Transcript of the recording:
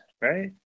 right